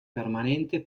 permanente